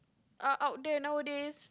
are out there nowadays